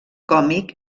còmic